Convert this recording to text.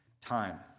time